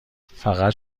فقط